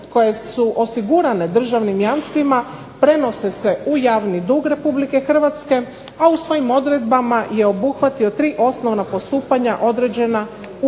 koje su osigurane državnim jamstvima prenose se u javni dug Republike Hrvatske, a u svojim odredbama je obuhvatio tri osnovna postupanja određena u